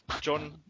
John